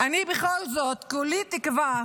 אני בכל זאת כולי תקווה